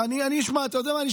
אתה יודע מה?